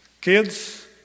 Kids